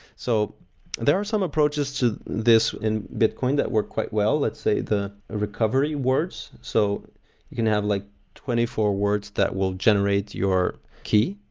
so there are some approaches to this in bitcoin that work quite well, let's say the recovery words. so you can have like twenty four words that will generate your key.